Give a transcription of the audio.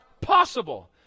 Possible